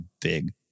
big